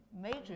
major